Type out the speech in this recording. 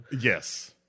Yes